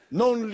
non